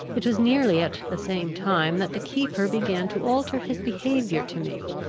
it was nearly at the same time, that the keeper began to alter his behaviour to me.